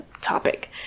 topic